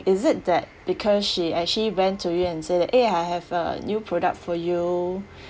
is it that because she actually went to you and said that eh I have a new product for you